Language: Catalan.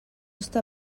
està